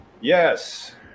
Yes